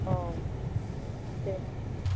औ दे